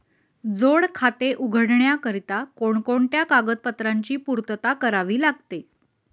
जोड खाते उघडण्याकरिता कोणकोणत्या कागदपत्रांची पूर्तता करावी लागते?